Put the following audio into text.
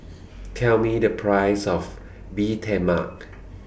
Tell Me The Price of Bee Tai Mak